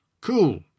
Cool